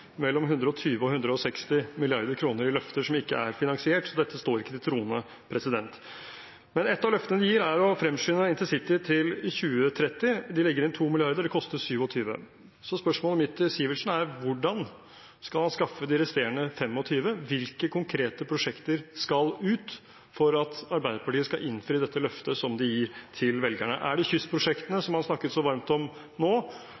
mellom 120 mrd. kr og 160 mrd. kr i løfter som ikke er finansiert. Dette står ikke til troende. Et av løftene de gir, er å fremskynde intercity til 2030. De legger inn 2 mrd. kr – det koster 27 mrd. kr. Spørsmålet mitt til Sivertsen er: Hvordan skal man skaffe de resterende 25 mrd. kr? Hvilke konkrete prosjekter skal ut for at Arbeiderpartiet skal innfri dette løftet som de gir til velgerne? Er det kystprosjektene